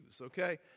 okay